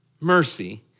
mercy